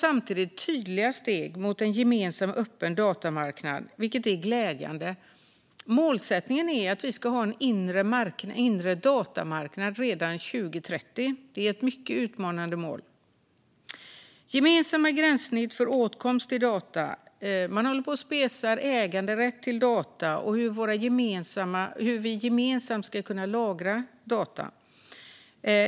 Samtidigt tar EU tydliga steg mot en gemensam och öppen datamarknad, vilket är glädjande. Målsättningen är att vi ska ha en inre datamarknad redan 2030. Det är ett mycket utmanande mål. Man tittar på gemensamma gränssnitt för åtkomst till data, och man håller på att spesa äganderätt till data samt hur vi gemensamt ska kunna lagra data.